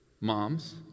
Moms